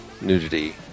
nudity